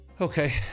okay